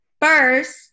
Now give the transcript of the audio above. first